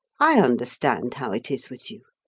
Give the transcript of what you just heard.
i understand how it is with you.